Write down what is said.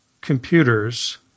computers –